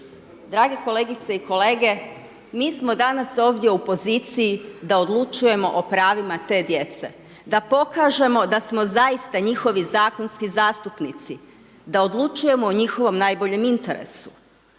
Drage kolegice i kolege, mi smo danas u poziciji da odlučujemo o pravima te djece, da pokažemo da smo zaista njihovi zakonski zastupnici, da odlučujemo o njihovom najboljem interesu,